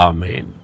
Amen